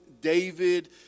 David